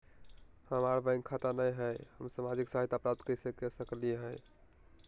हमार बैंक खाता नई हई, हम सामाजिक सहायता प्राप्त कैसे के सकली हई?